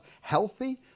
healthy